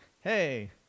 hey